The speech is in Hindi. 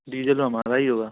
डीजल हमारा ही होगा